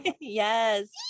yes